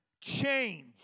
change